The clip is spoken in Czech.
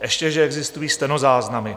Ještě že existují stenozáznamy.